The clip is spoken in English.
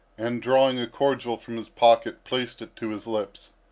and drawing a cordial from his pocket placed it to his lips.